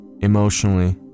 emotionally